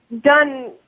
done